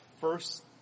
first